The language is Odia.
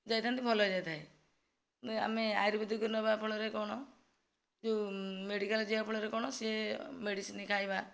ଯାଇଥାନ୍ତି ଭଲ ହୋଇଯାଇଥାଏ ଆମେ ଆୟୁର୍ବେଦିକ ନେବା ଫଳରେ କ'ଣ ଯେଉଁ ମେଡ଼ିକାଲ ଯିବା ଫଳରେ କ'ଣ ସେ ମେଡ଼ିସିନ ଖାଇବା